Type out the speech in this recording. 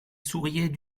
souriaient